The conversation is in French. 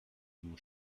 mon